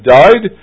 died